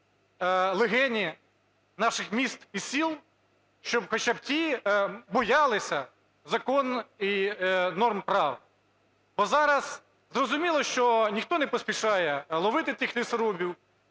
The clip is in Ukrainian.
"легені" наших міст і сіл, щоб хоча б ті боялися закону і норм права. Бо зараз, зрозуміло, що ніхто не поспішає ловити тих лісорубів,